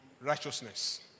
righteousness